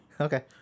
Okay